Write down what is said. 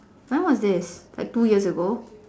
when was this like two years ago